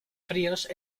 fríos